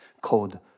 code